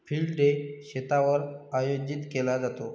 field day शेतावर आयोजित केला जातो